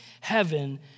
heaven